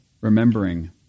remembering